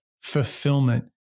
fulfillment